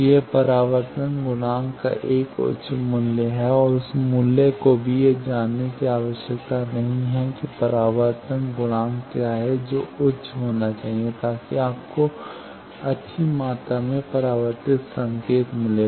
कि यह परावर्तन गुणांक का एक उच्च मूल्य है और उस मूल्य को भी यह जानने की आवश्यकता नहीं है कि परावर्तन गुणांक क्या है जो उच्च होना चाहिए ताकि आपको अच्छी मात्रा में परावर्तित संकेत मिले